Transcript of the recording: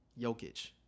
Jokic